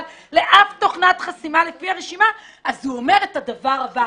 לאף תוכנת חסימה לפי הרשימה אז הוא אומר את הדבר הבא,